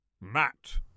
Matt